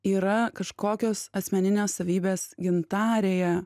yra kažkokios asmeninės savybės gintarėje